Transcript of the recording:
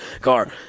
car